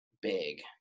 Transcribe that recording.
big